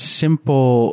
simple